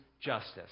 justice